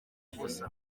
gusa